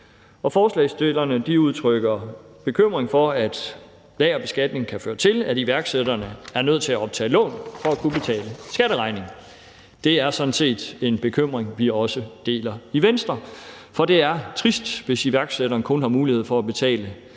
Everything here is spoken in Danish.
Forslagsstillerne udtrykker bekymring for, at lagerbeskatningen kan føre til, at iværksætterne er nødt til at optage lån for at kunne betale skatteregningen. Det er sådan set en bekymring, vi også deler i Venstre, for det er trist, hvis iværksætteren kun har mulighed for at betale